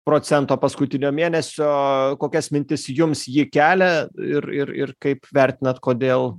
procento paskutinio mėnesio kokias mintis jums ji kelia ir ir ir kaip vertinat kodėl